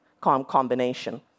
combination